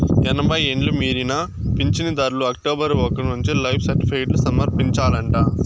ఎనభై ఎండ్లు మీరిన పించనుదార్లు అక్టోబరు ఒకటి నుంచి లైఫ్ సర్టిఫికేట్లు సమర్పించాలంట